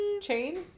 Chain